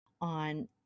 on